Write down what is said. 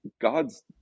God's